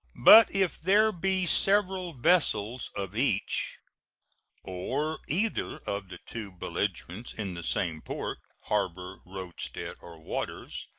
but if there be several vessels of each or either of the two belligerents in the same port harbor, roadstead, or waters,